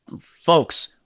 folks